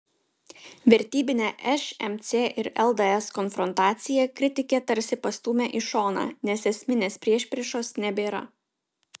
vertybinę šmc ir lds konfrontaciją kritikė tarsi pastūmė į šoną nes esminės priešpriešos nebėra